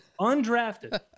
Undrafted